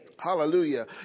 Hallelujah